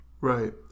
Right